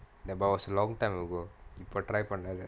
the bar was long time ago இப்போ:ippo try பண்ணல:pannala